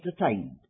entertained